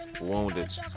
Wounded